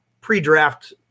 pre-draft